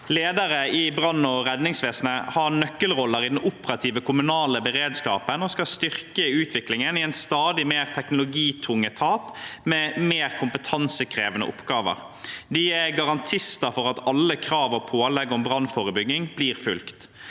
Ledere i brann- og redningsvesenet har nøkkelroller i den operative kommunale beredskapen og skal styrke utviklingen i en stadig mer teknologitung etat med mer kompetansekrevende oppgaver. De er garantister for at alle krav og pålegg om brannforebygging blir fulgt.